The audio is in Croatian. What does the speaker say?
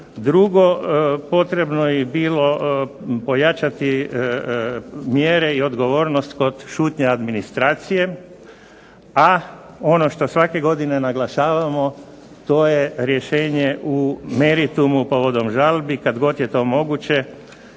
Drugo, potrebno je bilo pojačati mjere i odgovornost kod šutnje administracije, a ono što svake godine naglašavamo to je rješenje u meritumu povodom žalbi kad god je to moguće.